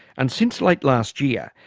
and since late last year,